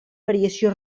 variació